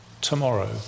tomorrow